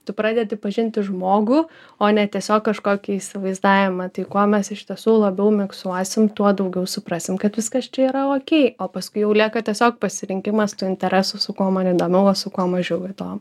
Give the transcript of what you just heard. tu pradedi pažinti žmogų o ne tiesiog kažkokį įsivaizdavimą tai kuo mes iš tiesų labiau miksuosim tuo daugiau suprasim kad viskas čia yra okei o paskui jau lieka tiesiog pasirinkimas tų interesų su kuo man įdomiau o su kuo mažiau įdomu